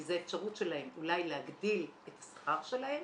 כי זו אפשרות שלהם אולי להגדיל את השכר שלהם